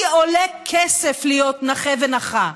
כי עולה כסף להיות נכֶה ונכָה.